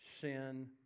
sin